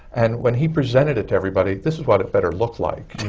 and when he presented it to everybody, this is what it better look like,